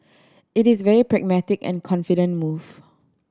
it is very pragmatic and confident move